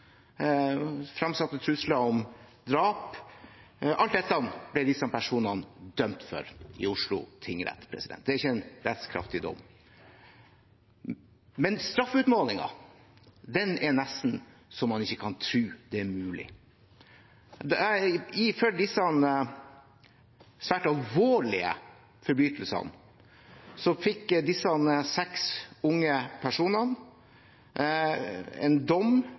framsatte trusler om drap. Alt dette ble disse personene dømt for i Oslo tingrett. Det er ikke en rettskraftig dom, men straffeutmålingen er nesten så man ikke kan tro det er mulig. For disse svært alvorlige forbrytelsene fikk disse seks unge personene en dom